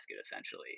essentially